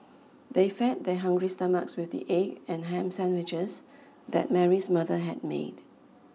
they fed their hungry stomachs with the egg and ham sandwiches that Mary's mother had made